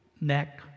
Neck